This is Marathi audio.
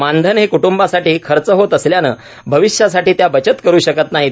मानधन हे क्टुंबासाठी खर्च होत असल्यानं भविष्यासाठी त्या बचत करू शकत नाहीत